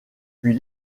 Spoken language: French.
puis